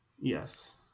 Yes